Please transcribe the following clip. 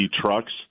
trucks